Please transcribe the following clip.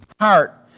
heart